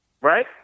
Right